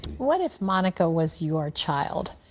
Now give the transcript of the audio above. what if monica was your child?